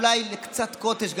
אולי אפילו גם קצת לקוטג',